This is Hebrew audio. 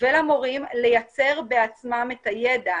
ולמורים לייצר בעצמם את הידע.